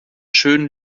schönen